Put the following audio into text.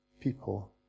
people